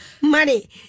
money